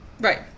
Right